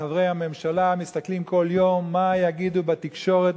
חברי הממשלה מסתכלים כל יום מה יגידו בתקשורת,